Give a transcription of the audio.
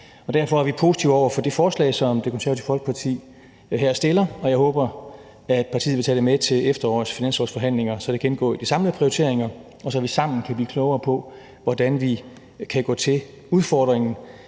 Derfor er vi positive over for det forslag, som Det Konservative Folkeparti har fremsat, og jeg håber, at partiet vil tage det med til efterårets finanslovsforhandlinger, så det kan indgå i de samlede prioriteringer, og så vi sammen kan blive klogere på, hvordan vi kan gå til udfordringen.